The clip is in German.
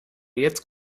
jetzt